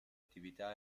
attività